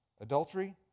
adultery